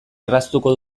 erraztuko